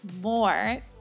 more